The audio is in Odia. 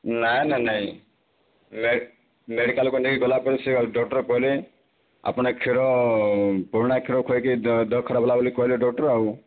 ନାଁ ନାଁ ନାହିଁ ମେଡ଼ ମେଡ଼ିକାଲକୁ ନେଇକିଗଲାପରେ ସେ ଆଉ ଡକ୍ଟର କହିଲେ ଆପଣ ଏ କ୍ଷୀର ପୁରୁଣା କ୍ଷୀର ଖୁଆଇକି ଦେ ଦେହଖରାପ ହେଲା ବୋଲି କହିଲେ ଡକ୍ଟର ଆଉ